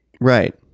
right